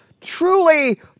Truly